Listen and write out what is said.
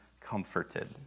comforted